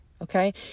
Okay